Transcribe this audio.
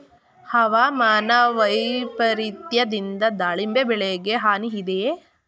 ಹವಾಮಾನ ವೈಪರಿತ್ಯದಿಂದ ದಾಳಿಂಬೆ ಬೆಳೆಗೆ ಹಾನಿ ಇದೆಯೇ?